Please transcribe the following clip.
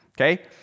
Okay